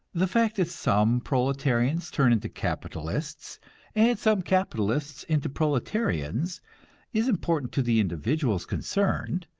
the fact that some proletarians turn into capitalists and some capitalists into proletarians is important to the individuals concerned,